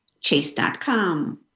chase.com